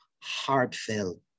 heartfelt